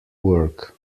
work